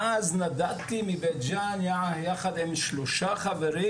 ואז נדדתי מבית ג'אן יחד עם שלושה חברים,